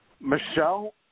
Michelle